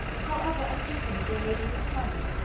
however unequally they may be returned.